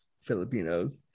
Filipinos